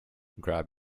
grab